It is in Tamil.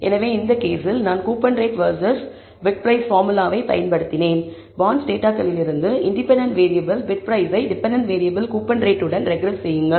எனவே இந்த கேஸில் நான் coupon rate versus bid price பார்முலாவை பயன்படுத்தினேன் எனவே பாண்ட்ஸ் டேட்டாகளிலிருந்து இன்டிபெண்டண்ட் வேறியபிள் பிட்ப்ரைஸை டெபென்டென்ட் வேறியபிள் கூப்பன் ரேட் உடன் ரெக்ரெஸ் செய்யுங்கள்